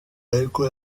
ariko